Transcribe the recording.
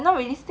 then 什么